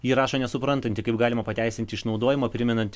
ji rašo nesuprantanti kaip galima pateisinti išnaudojimą primenanti